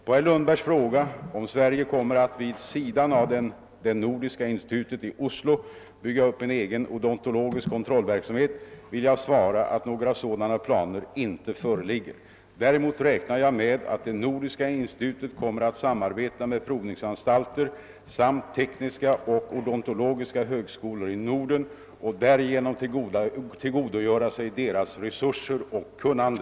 På herr Lundbergs fråga om Sverige kommer att vid sidan av det nordiska institutet i Oslo bygga upp en egen odontologisk kontrollverksamhet vill jag svara att några sådana planer inte föreligger. Däremot räknar jag med att det nordiska institutet kommer att samarbeta med provningsanstalter samt tekniska och odontologiska högskolor i Norden och därigenom tillgodogöra sig deras resurser och kunnande.